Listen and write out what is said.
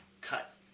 cut